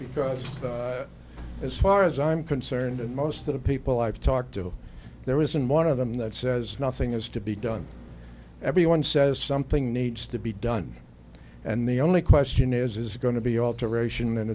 because as far as i'm concerned most of the people i've talked to there isn't one of them that says nothing is to be done everyone says something needs to be done and the only question is is it going to be alteration